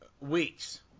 weeks